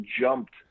jumped